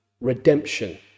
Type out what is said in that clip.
redemption